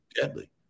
deadly